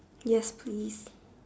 yes please